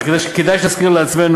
כדאי שנזכיר לעצמנו,